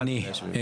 אני.